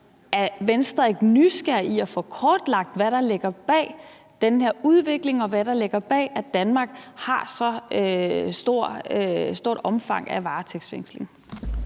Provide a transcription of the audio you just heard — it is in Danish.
Er Venstre ikke nysgerrig i forhold til at få kortlagt, hvad der ligger bag den her udvikling, og hvad der ligger bag, at Danmark har et så stort omfang af varetægtsfængsling?